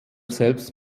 selbst